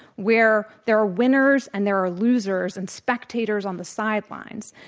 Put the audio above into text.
where there are winners and there are losers andspectators on the sidelines.